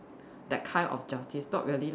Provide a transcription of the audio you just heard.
that kind of justice not really like